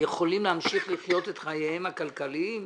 יכולים להמשיך לחיות את חייהם הכלכליים,